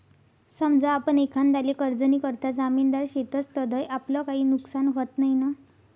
समजा आपण एखांदाले कर्जनीकरता जामिनदार शेतस तधय आपलं काई नुकसान व्हत नैना?